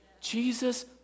Jesus